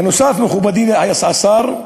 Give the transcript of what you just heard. בנוסף, מכובדי השר,